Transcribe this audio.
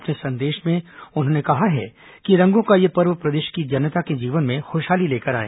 अपने संदेश में उन्होंने कहा है कि रंगों का यह पर्व प्रदेश की जनता के जीवन में खुशहाली लेकर आए